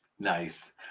Nice